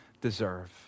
deserve